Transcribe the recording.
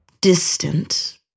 distant